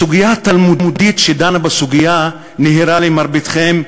הסוגיה התלמודית שדנה בסוגיה נהירה למרביתכם,